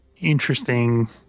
interesting